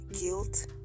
guilt